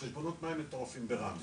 חשבונות מים מטורפים ברמלה,